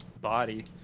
body